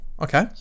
okay